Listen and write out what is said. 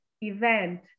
event